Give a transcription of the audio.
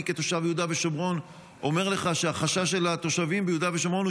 אני כתושב יהודה ושומרון אומר לך שהחשש של התושבים ביהודה ושומרון הוא